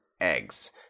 eggs